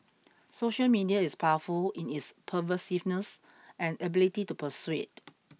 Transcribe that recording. social media is powerful in its pervasiveness and ability to persuade